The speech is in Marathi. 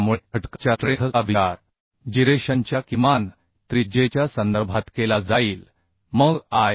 त्यामुळे घटका च्या स्ट्रेंथ चा विचार जिरेशनच्या किमान त्रिज्येच्या संदर्भात केला जाईल मग आय